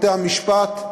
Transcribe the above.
בתי-המשפט,